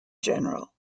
general